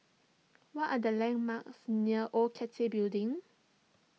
what are the landmarks near Old Cathay Building